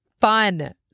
fun